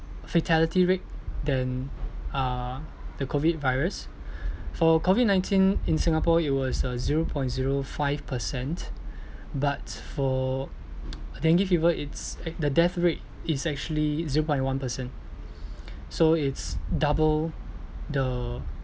fatality rate than uh the COVID virus for COVID nineteen in Singapore it was uh zero point zero five percent but for dengue fever it's at the death rate is actually zero point one percent so it's double the